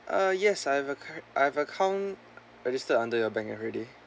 uh yes I have a current~ I've a account register under your bank everyday